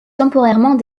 temporairement